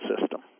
system